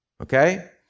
okay